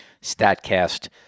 StatCast